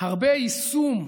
הרבה יישום,